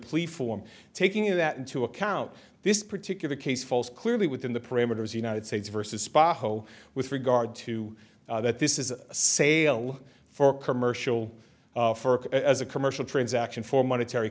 form taking that into account this particular case falls clearly within the parameters united states versus spot ho with regard to that this is a sale for commercial for as a commercial transaction for monetary